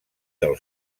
del